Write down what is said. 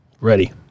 Ready